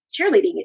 cheerleading